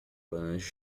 laranja